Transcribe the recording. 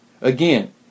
Again